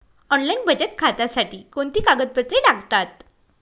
Online बचत खात्यासाठी कोणती कागदपत्रे लागतात?